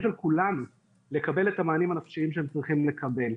של כולנו לקבל את המענים הנפשיים שהם צריכים לקבל.